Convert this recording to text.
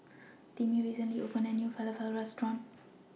Timmie recently opened A New Falafel Restaurant